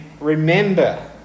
Remember